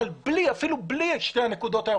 אבל אפילו בלי שתי הנקודות האלה,